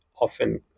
often